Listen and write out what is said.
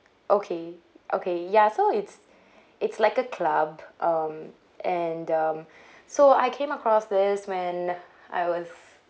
okay okay ya so it's it's like a club um and um so I came across this when I was